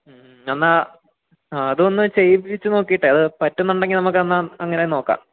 മ് മ് എന്നാൽ അതൊന്ന് ചെയ്യിപ്പിച്ചു നോക്കിയിട്ട് അത് പറ്റുന്നുണ്ടെങ്കിൽ നമുക്ക് എന്നാൽ അങ്ങനെ നോക്കാം